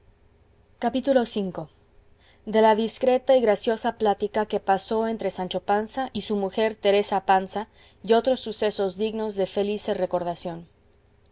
capítulo v de la discreta y graciosa plática que pasó entre sancho panza y su mujer teresa panza y otros sucesos dignos de felice recordación